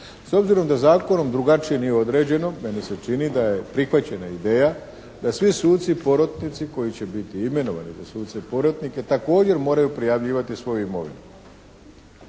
S obzirom da zakonom drugačije nije određeno, meni se čini da je prihvaćena ideja da svi suci porotnici koji će biti imenovani za suce porotnike također moraju pirjavljivati svoju imovinu.